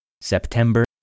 September